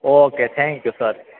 okay thank you sir